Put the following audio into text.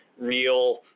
real